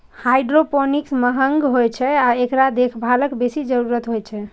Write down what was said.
hydroponics महंग होइ छै आ एकरा देखभालक बेसी जरूरत होइ छै